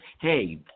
hey